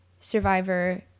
survivor